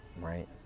right